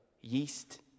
yeast